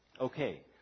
Okay